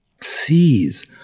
sees